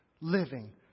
living